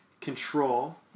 control